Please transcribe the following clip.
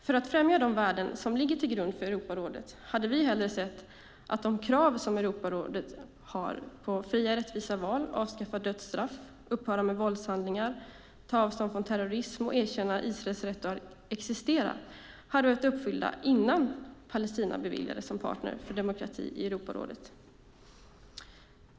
För att främja de värden som ligger till grund för Europarådet hade vi hellre sett att de krav Europarådet har på fria och rättvisa val, avskaffande av dödsstraff, upphörande med våldshandlingar, avståndstagande från terrorism och erkännande av Israels rätt att existera hade varit uppfyllda innan Palestina beviljades status som partner för demokrati i Europarådet.